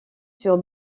sur